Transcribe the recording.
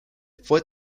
fue